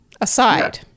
aside